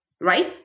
right